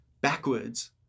backwards